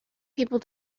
people